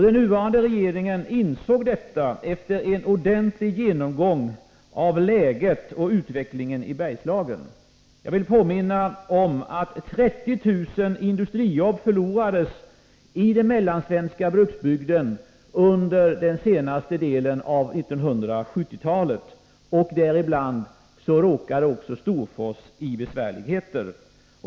Den nuvarande regeringen insåg detta efter en ordentlig genomgång av läget och utvecklingen i Bergslagen. Jag vill påminna om att 30 000 industrijobb förlorades i den mellansvenska bruksbygden under den senaste delen av 1970-talet. Här råkade också Storfors i besvärligheter.